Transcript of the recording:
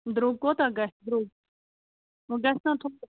درٛوگ کوتاہ گژھِ درٛوگ وٕ گژھنَہ